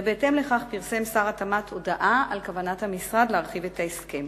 ובהתאם לכך פרסם שר התמ"ת הודעה על כוונת המשרד להרחיב את ההסכם.